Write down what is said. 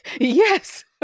Yes